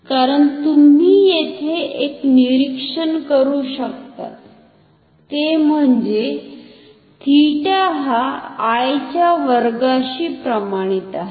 कारण तुम्ही येथे एक निरीक्षण करू शकतात ते म्हणजे थीटा हा I च्या वर्गाशी प्रमाणित आहे